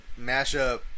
mashup